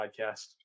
Podcast